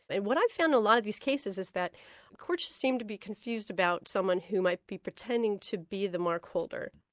and what i found in a lot of these cases is that courts seemed to be confused about someone who might be pretending to be the mark holder.